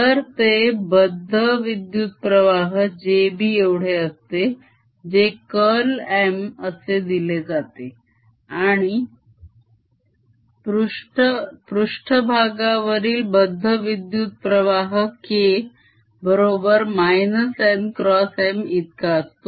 तर ते बद्ध विद्युत्प्रवाह j b एवढे असते जे curl M असे दिले जाते आणि पृष्ठभागावरील बद्ध विद्युत प्रवाह K बरोबर n x M इतका असतो